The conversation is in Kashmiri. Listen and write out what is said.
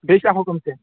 بیٚیہِ چھا حُکُم کیٚنٛہہ